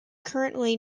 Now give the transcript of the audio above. currently